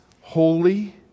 holy